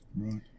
Right